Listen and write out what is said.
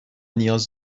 نیاز